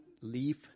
leaf